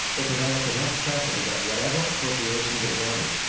it developed enough pressure to get whatever appropriations it wanted,